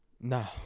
No